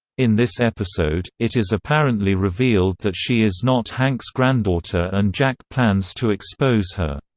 in this episode, it is apparently revealed that she is not hank's granddaughter and jack plans to expose her.